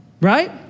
right